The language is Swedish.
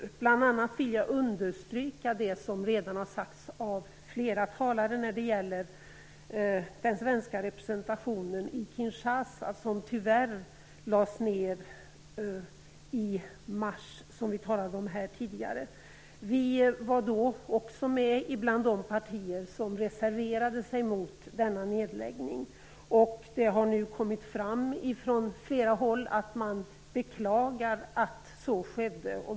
Jag vill bl.a. understryka det som redan har sagts av flera talare om den svenska representationen i Kinshasa, som tyvärr lades ned i mars, vilket vi talade om tidigare. Vi var också då bland de partier som reserverade sig mot denna nedläggning. Nu har det framkommit från flera håll att man beklagar att så skedde.